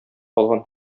алган